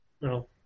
No